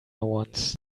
once